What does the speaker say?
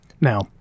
Now